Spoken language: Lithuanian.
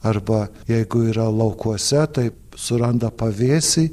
arba jeigu yra laukuose taip suranda pavėsį